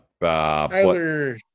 Tyler